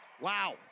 Wow